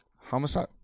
homicide